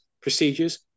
procedures